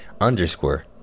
underscore